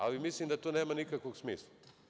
Ali, mislim da to nema nikakvog smisla.